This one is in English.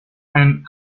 and